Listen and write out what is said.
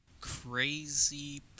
Crazy